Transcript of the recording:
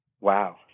Wow